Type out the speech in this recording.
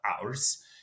hours